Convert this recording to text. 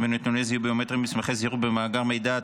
ונתוני זיהוי ביומטריים במסמכי זיהוי ובמאגר מידע,